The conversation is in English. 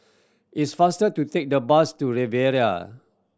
it's faster to take the bus to Riviera